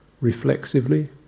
reflexively